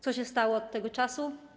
Co się stało od tego czasu?